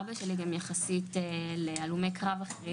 אבא שלי גם יחסית להלומי קרב אחרים,